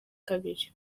kabiri